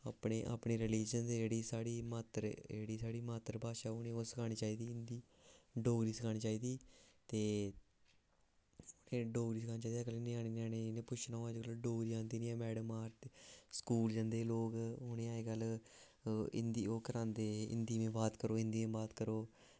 अपने रलीजन दी जेह्ड़ी साढ़ी अपनी मात्तरभाशा ऐ ओह् सखानी चाहिदी हिंदी डोगरी सखानी चाहिदी ते डोगरी सखानी चाहिदी ञ्यानें ञ्यानें गी ते पुच्छना डोगरी आंदी निं ते मैड़मां स्कूल जंदे अजकल्ल ते उनें ई लोग ओह् करा दे हिंदी में बात करो हिंदी में बात करो